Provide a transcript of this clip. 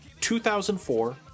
2004